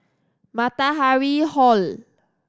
Matahari Hall